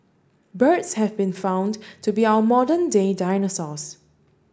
birds have been found to be our modern day dinosaurs